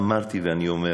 אמרתי ואני אומר